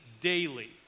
daily